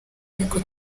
ariko